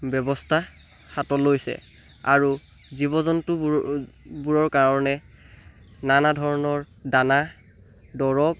ব্যৱস্থা হাতত লৈছে আৰু জীৱ জন্তুবোৰবোৰৰ কাৰণে নানা ধৰণৰ দানা দৰৱ